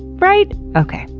right? okay.